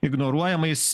ignoruojama jis